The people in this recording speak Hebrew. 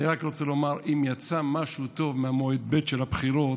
אני רק רוצה לומר שאם יצא משהו טוב ממועד ב' של הבחירות,